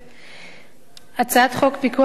הצעת חוק פיקוח אלקטרוני על משוחררים